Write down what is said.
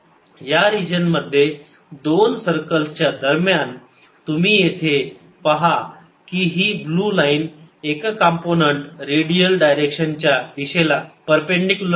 या रिजन मध्ये 2 सर्कल्स च्या दरम्यान तुम्ही येथे पहा ही ब्लू लाईन एक कॉम्पोनन्ट रेडियल डायरेक्शन च्या दिशेला परपेंडिकुलर आहे